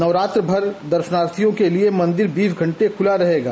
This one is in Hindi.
नवरात्रि भर दर्शनार्थियों के लिए मन्दिर बीस घण्टे खूला रहेगा